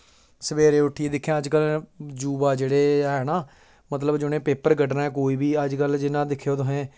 सबैह्रे उट्ठियै दिक्खेआ अज्ज कल युवा जेह्ड़े ऐ ना मतलब जि'नें पेपर कड्ढनां ऐ कोई बी अज्ज कल जि'यां दिक्खेओ तुसें